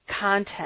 content